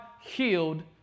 Healed